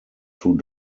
two